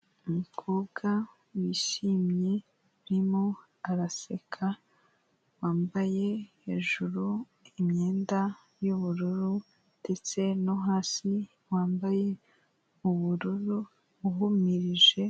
Umukobwa wishimye urimo araseka wambaye hejuru imyenda y'ubururu ndetse no hasi wambaye ubururu uhumirije.